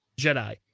Jedi